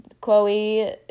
Chloe